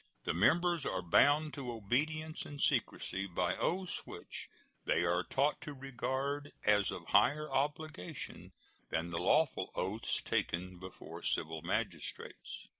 the members are bound to obedience and secrecy by oaths which they are taught to regard as of higher obligation than the lawful oaths taken before civil magistrates.